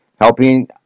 helping